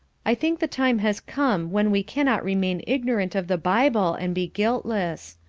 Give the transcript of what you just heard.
i think the time has come when we cannot remain ignorant of the bible and be guiltless.